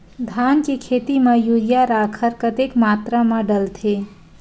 धान के खेती म यूरिया राखर कतेक मात्रा म डलथे?